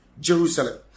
Jerusalem